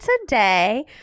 today